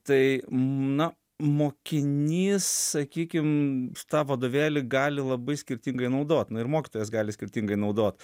tai na mokinys sakykim tą vadovėlį gali labai skirtingai naudot na ir mokytojas gali skirtingai naudot